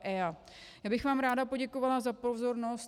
Já bych vám ráda poděkovala za pozornost.